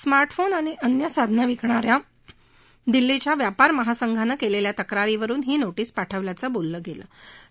smart phone आणि तिर साधनं विकणाऱ्या दिल्लीच्या व्यापार महासंघानं केलेल्या तक्रारींवरून ही नोटीस पाठवल्याचं बोललं जातं आहे